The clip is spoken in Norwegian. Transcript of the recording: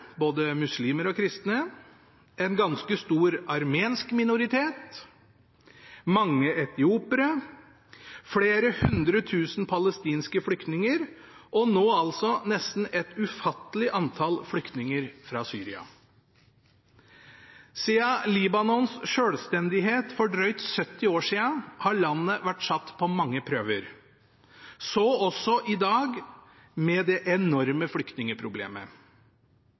både muslimer og kristne, en ganske stor armensk minoritet, mange etiopiere, flere hundre tusen palestinske flyktninger og nå altså nesten et ufattelig antall flyktninger fra Syria. Siden Libanons selvstendighet for drøyt 70 år siden har landet vært satt på mange prøver, så også i dag med det enorme